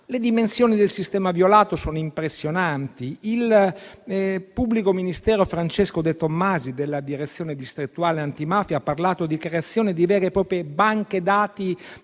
Le dimensioni del sistema violato sono impressionanti. Il pubblico ministero Francesco De Tommasi della Direzione distrettuale antimafia ha parlato di creazione di vere e proprie banche dati